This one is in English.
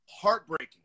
heartbreaking